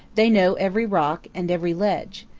they know every rock and every ledge,